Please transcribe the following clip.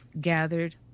gathered